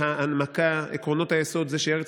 ההנמקה שם היא שעקרונות היסוד זה שארץ